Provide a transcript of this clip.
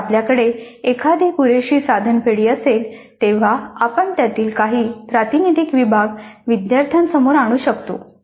एकदा आपल्याकडे एखादी पुरेशी मोठी साधन पेढी असेल तेव्हा आपण त्यातील काही प्रातिनिधिक विभाग विद्यार्थ्यांसमोर आणू शकतो